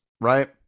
right